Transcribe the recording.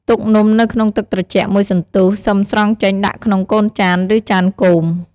ទុកនំនៅក្នុងទឹកត្រជាក់មួយសន្ទុះ សឹមស្រង់ចេញដាក់ក្នុងកូនចាន ឬចានគោម។